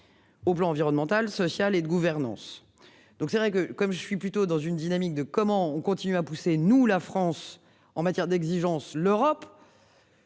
Au plan environnemental, social et de gouvernance. Donc c'est vrai que comme je suis plutôt dans une dynamique de comment on continue à pousser, nous la France en matière d'exigence l'Europe.